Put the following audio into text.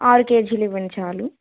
ఆరు కేజీలు ఇవ్వండి చాలు